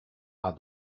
are